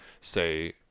say